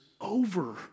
over